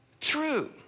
true